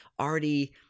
already